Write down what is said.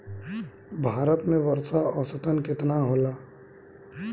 भारत में वर्षा औसतन केतना होला?